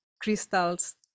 Crystals